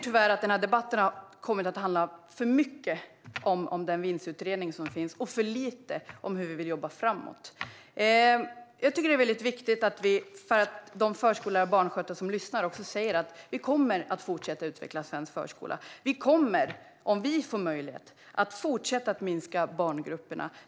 Debatten har tyvärr kommit att handla för mycket om den vinstutredning som finns och för lite om hur vi vill jobba framåt. Det är väldigt viktigt att vi säger till de förskollärare och barnskötare som lyssnar att vi kommer att fortsätta att utveckla svensk förskola. Om vi får möjlighet kommer vi att fortsätta att minska barngrupperna.